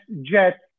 jet